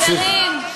חברים,